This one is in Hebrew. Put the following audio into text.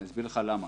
אני אסביר לך למה.